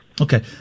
Okay